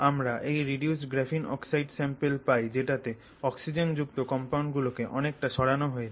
আমরা এই reduced graphene oxide sample পাই যেটাতে অক্সিজেনযুক্ত কম্পাউন্ড গুলোকে অনেকটা সরানো হয়েছে